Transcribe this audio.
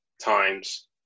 times